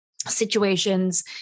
situations